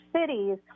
cities